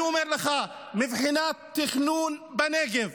אני אומר לך שמבחינת תכנון בנגב,